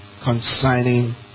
concerning